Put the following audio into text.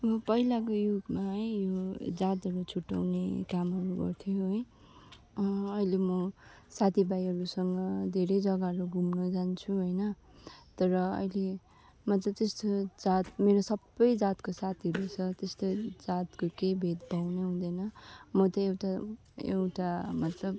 अब पहिलाको युगमा है यो जातहरू छुट्ट्याउने कामहरू गर्थ्यो है अहिले म साथी भाइहरूसँग धेरै जग्गाहरू घुम्न जान्छु होइन तर अहिले मज त्यस्तो जात मेरो सबै जातको साथीहरू छ त्यस्तो जातको केही भेदभाव नै हुँदैन म त एउटा एउटा मतलब